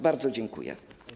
Bardzo dziękuję.